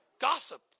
Gossip